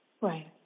Right